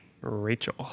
rachel